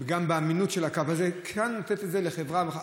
גם באמינות של הקו הזה, כן לתת את זה לחברה.